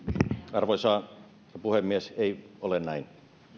arvoisa puhemies ei ole näin